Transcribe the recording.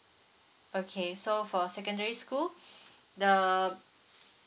okay so for secondary school the